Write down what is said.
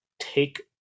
take